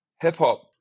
hip-hop